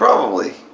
probably,